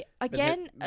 again